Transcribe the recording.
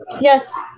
Yes